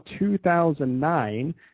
2009